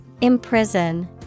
Imprison